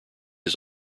his